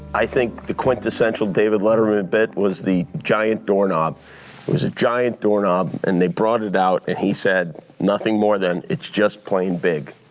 i think the quintessential david letterman bit was the giant doorknob. it was a giant doorknob, and they brought it out and he said nothing more than it's just plain big.